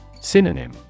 Synonym